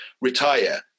retire